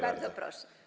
Bardzo proszę.